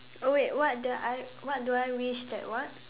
oh wait what do I what do I wish that what